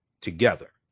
together